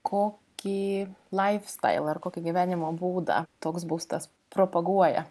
kokį laifstailą ar kokį gyvenimo būdą toks būstas propaguoja